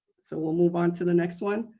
so we'll move on to the next one.